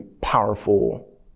powerful